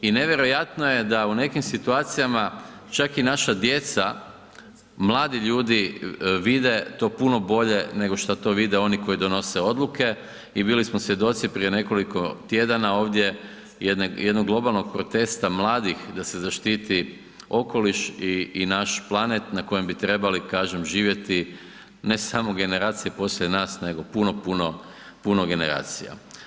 I nevjerojatno je da u nekim situacijama čak i naša djeca, mladi ljudi vide to puno bolje, nego šta to vide oni koji donose odluke i bili smo svjedoci prije nekoliko tjedana ovdje jednog globalnog protesta mladih da se zaštiti okoliš i naš planet na kojem bi trebali, kažem, živjeti ne samo generacije poslije nas, nego puno, puno, puno generacija.